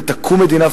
ותקום מדינה פלסטינית,